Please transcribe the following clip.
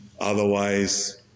Otherwise